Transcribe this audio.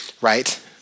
Right